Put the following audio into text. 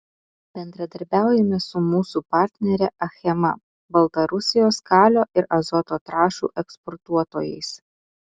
bendradarbiaujame su mūsų partnere achema baltarusijos kalio ir azoto trąšų eksportuotojais